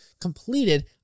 completed